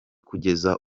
kugeza